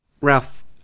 Ralph